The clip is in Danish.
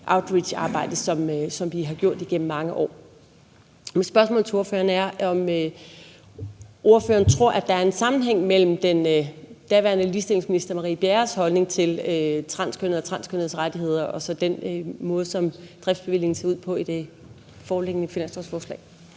outreacharbejde, som der er blevet gjort igennem mange år. Mit spørgsmål til ordføreren er, om ordføreren tror, at der er en sammenhæng mellem den daværende ligestillingsminister Marie Bjerres holdning til transkønnede og transkønnedes rettigheder og så den måde, som driftsbevillingen ser ud på i det foreliggende finanslovsforslag.